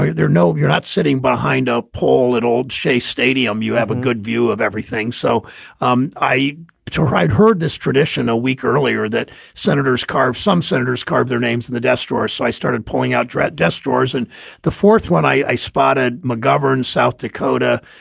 ah there. no, you're not sitting behind a pole at old shea stadium you have a good view of everything. so um i tried heard this tradition a week earlier that senators carved some senators carved their names in the desk drawer. so i started pulling out draft desk drawers. and the fourth one i spotted mcgovern, south dakota,